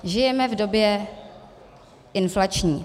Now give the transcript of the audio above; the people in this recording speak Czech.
Žijeme v době inflační.